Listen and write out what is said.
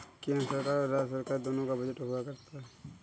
केन्द्र सरकार और राज्य सरकार दोनों का बजट हुआ करता है